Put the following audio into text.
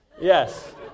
Yes